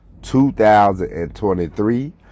2023